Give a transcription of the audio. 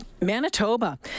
Manitoba